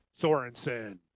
Sorensen